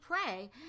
pray